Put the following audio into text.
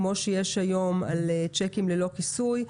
כמו שיש היום על צ'קים ללא כיסוי.